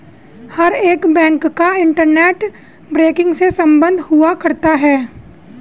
हर एक बैंक का internet banking से सम्बन्ध हुआ करता है